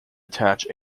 attach